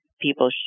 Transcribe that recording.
people